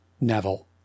Neville